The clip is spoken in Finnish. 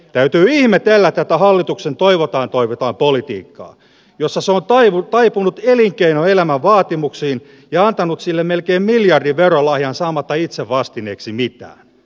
täytyy ihmetellä tätä hallituksen toivotaan toivotaan politiikkaa jossa se on taipunut elinkeinoelämän vaatimuksiin ja antanut sille melkein miljardin verolahjan saamatta itse vastineeksi mitään